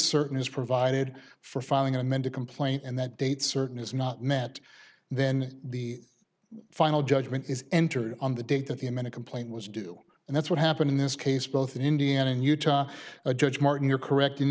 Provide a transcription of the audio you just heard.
certain is provided for filing an amended complaint and that date certain is not met then the final judgment is entered on the date that the minute complaint was due and that's what happened in this case both in indiana and utah a judge martin you're correct in